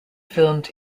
filmed